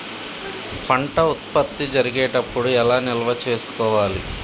పంట ఉత్పత్తి జరిగేటప్పుడు ఎలా నిల్వ చేసుకోవాలి?